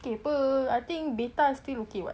ok [pe] I think beta is still ok [what]